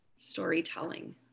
storytelling